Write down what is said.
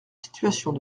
situations